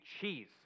cheese